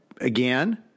again